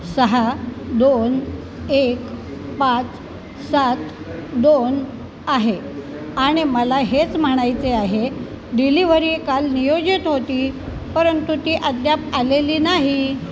सहा दोन एक पाच सात दोन आहे आणि मला हेच म्हणायचे आहे डिलिव्हरी काल नियोजित होती परंतु ती अद्याप आलेली नाही